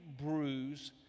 bruise